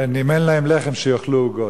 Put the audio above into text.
אם אין להם לחם, שיאכלו עוגות.